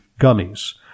gummies